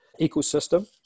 ecosystem